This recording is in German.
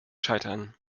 scheitern